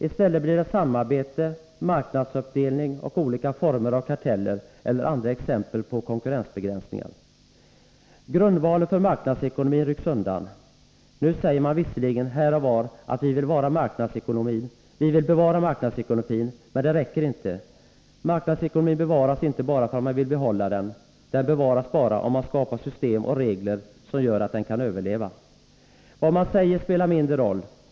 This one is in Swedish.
I stället blir det samarbete, marknadsuppdelning och olika former av karteller eller andra konkurrensbegränsningar. Grundvalen för marknadsekonomin rycks undan. Nu säger man visserligen här och var att vi vill bevara marknadsekonomin. Men det räcker inte. Marknadsekonomin bevaras inte bara för att man vill behålla den. Den bevaras bara om man skapar system och regler som gör att den kan överleva. Vad man säger spelar mindre roll.